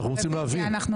אנחנו רוצים להבין.